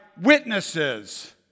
witnesses